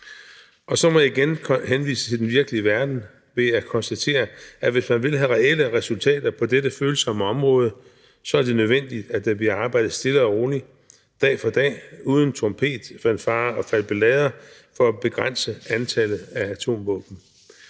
Og så må jeg igen henvise til den virkelige verden ved at konstatere, at hvis man vil have reelle resultater på dette følsomme område, er det nødvendigt, at der bliver arbejdet stille og roligt dag for dag uden trompetfanfarer og falbelader for at begrænse antallet af atomvåben.